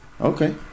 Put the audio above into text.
Okay